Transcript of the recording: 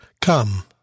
Come